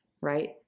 right